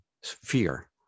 Fear